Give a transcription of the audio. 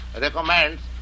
recommends